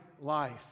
life